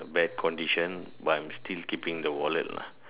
bad condition but I'm still keeping the wallet lah